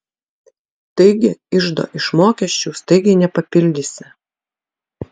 taigi iždo iš mokesčių staigiai nepapildysi